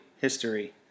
history